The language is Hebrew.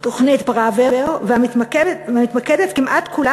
"תוכנית פראוור" ומתמקדת כמעט כולה